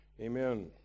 Amen